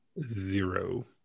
Zero